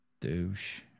douche